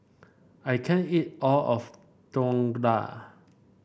I can't eat all of Dhokla